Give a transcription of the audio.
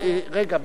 רגע,